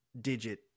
digit